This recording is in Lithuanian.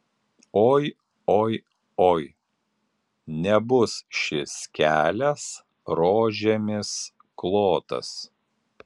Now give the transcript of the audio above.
oi oi oi nebus šis kelias rožėmis klotas